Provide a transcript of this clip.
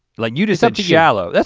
like you just said shallow it's